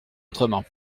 autrement